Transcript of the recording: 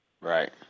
Right